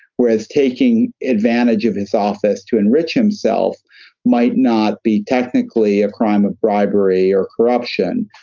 whereas taking advantage of his office to enrich himself might not be technically a crime of bribery or corruption.